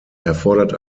erfordert